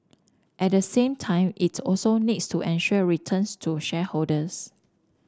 at the same time it also needs to ensure returns to shareholders